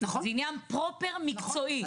זה עניין פרופר מקצועי.